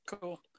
Cool